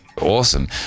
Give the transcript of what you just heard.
awesome